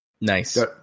Nice